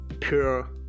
pure